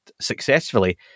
successfully